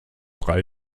drei